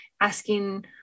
asking